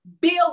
build